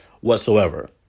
whatsoever